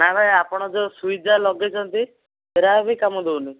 ନାଇଁ ଭାଇ ଆପଣ ଯୋଉ ସୁଇଚ୍ ଯାକ ଲଗେଇଛନ୍ତି ସେଇଟାବି କାମ ଦେଉନି